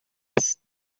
است